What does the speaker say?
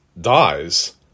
dies